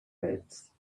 boots